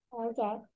Okay